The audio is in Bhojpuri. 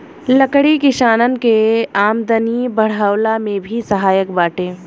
लकड़ी किसानन के आमदनी बढ़वला में भी सहायक बाटे